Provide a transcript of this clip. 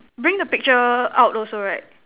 bring the picture out also right